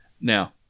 Now